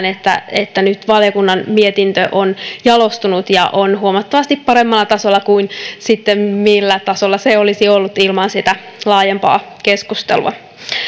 että näen että nyt valiokunnan mietintö on jalostunut ja on huomattavasti paremmalla tasolla kuin millä tasolla se olisi ollut ilman sitä laajempaa keskustelua